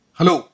Hello